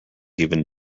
even